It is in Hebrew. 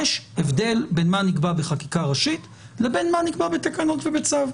יש הבדל בין מה שנקבע בחקיקה ראשית לבין מה שנקבע בתקנות ובצו.